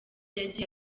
yagiye